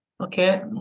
Okay